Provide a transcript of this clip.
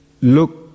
look